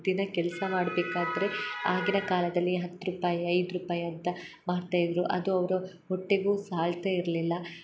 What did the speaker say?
ದಿನ ಕೆಲಸ ಮಾಡ್ಬೇಕಾದರೆ ಆಗಿನ ಕಾಲದಲ್ಲಿ ಹತ್ತು ರೂಪಾಯಿ ಐದು ರೂಪಾಯಿ ಅಂತ ಮಾಡ್ತಾಯಿದ್ದರು ಅದು ಅವರ ಹೊಟ್ಟೆಗು ಸಾಲ್ತಾ ಇರಲಿಲ್ಲ